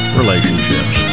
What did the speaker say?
relationships